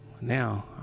now